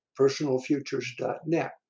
personalfutures.net